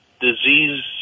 disease